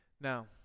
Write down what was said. Now